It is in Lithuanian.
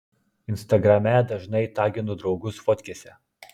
instagrame dažnai taginu draugus fotkėse